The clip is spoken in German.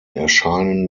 erscheinen